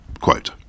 quote